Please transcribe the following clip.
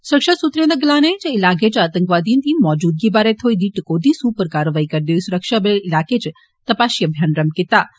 सुरक्षा सूत्रें दा गलाना ऐ जे इलाके च आतंकवादिएं दी मौजूदगी बारै थ्होई दी टकोहदी सूह उप्पर कारवाई करदे होई सुरक्षाबलें इलाके च तपाषी अभियान रम्भ कीता हा